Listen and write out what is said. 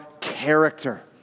character